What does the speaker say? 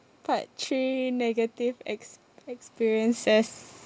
part three negative ex~ experiences